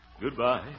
Goodbye